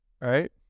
right